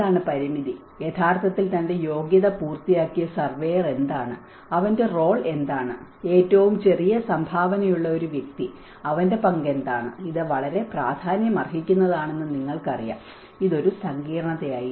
എന്താണ് പരിമിതി യഥാർത്ഥത്തിൽ തന്റെ യോഗ്യത പൂർത്തിയാക്കിയ സർവേയർ എന്താണ് അവന്റെ റോൾ എന്താണ് ഏറ്റവും ചെറിയ സംഭാവനയുള്ള ഒരു വ്യക്തി അവന്റെ പങ്ക് എന്താണ് ഇത് വളരെ പ്രാധാന്യമർഹിക്കുന്നതാണെന്ന് നിങ്ങൾക്കറിയാം ഇതൊരു സങ്കീർണ്ണതയായിരുന്നു